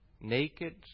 Naked